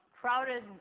Crowded